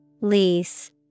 lease